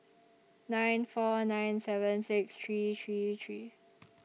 nine four nine seven six three three three